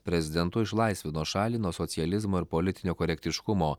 prezidentu išlaisvino šalį nuo socializmo ir politinio korektiškumo